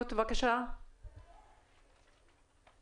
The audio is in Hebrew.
למה שאמל העלה בנושא התוכנית האסטרטגית של יישובי המגזר.